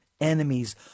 enemies